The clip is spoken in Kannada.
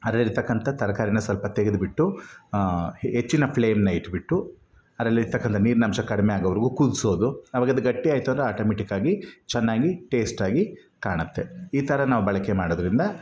ಅದ್ರಲ್ಲಿರ್ತಕ್ಕಂಥ ತರಕಾರಿನ ಸ್ವಲ್ಪ ತೆಗೆದುಬಿಟ್ಟು ಹೆಚ್ಚಿನ ಫ್ಲೇಮ್ನ ಇಟ್ಬಿಟ್ಟು ಅದ್ರಲ್ಲಿರ್ತಕ್ಕಂಥ ನೀರಿನಂಶ ಕಡಿಮೆ ಆಗೋವರೆಗೂ ಕುದಿಸೋದು ಅವಾಗದು ಗಟ್ಟಿ ಆಯಿತು ಅಂದರೆ ಆಟೋಮ್ಯಾಟಿಕ್ಕಾಗಿ ಚೆನ್ನಾಗಿ ಟೇಸ್ಟಾಗಿ ಕಾಣುತ್ತೆ ಈ ಥರ ನಾವು ಬಳಕೆ ಮಾಡೋದರಿಂದ